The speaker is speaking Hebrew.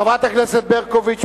חברת הכנסת ברקוביץ,